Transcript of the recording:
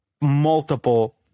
multiple